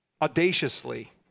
Audaciously